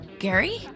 Gary